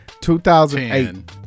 2008